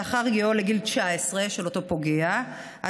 לאחר הגיעו של אותו פוגע לגיל 19,